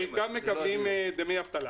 חלקם מקבלים דמי אבטלה.